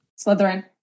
Slytherin